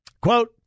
Quote